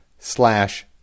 slash